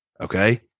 Okay